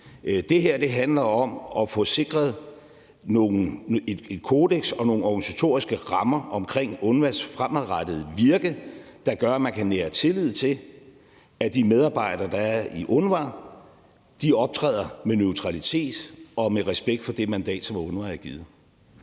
det her handler om at få sikret et kodeks og nogle organisatoriske rammer omkring UNRWA's fremadrettede virke, der gør, at man kan nære tillid til, at de medarbejdere, der er i UNRWA, optræder med neutralitet og med respekt for det mandat, som UNRWA er givet.